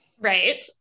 Right